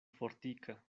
fortika